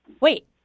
Wait